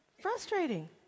frustrating